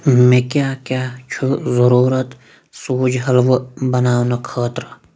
مےٚ کیٛاہ کیٛاہ چھُ ضٔروٗرت سوٗج حلوٕ بناونہٕ خٲطرٕ